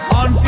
on